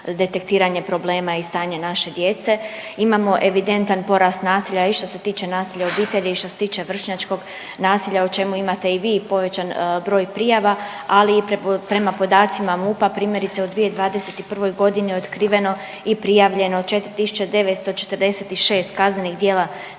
detektiranje problema i stanje naše djece. Imamo evidentan porast nasilja i što se tiče nasilja u obitelji i što se tiče vršnjačkog nasilja o čemu imate i vi povećan broj prijava, ali i prema podacima MUP-a primjerice u 2021. godini je otkriveno i prijavljeno 4.946 kaznenih djela na